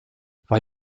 war